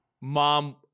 mom